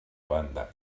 banda